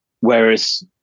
whereas